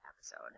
episode